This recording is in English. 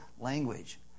language